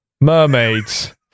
Mermaids